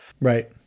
Right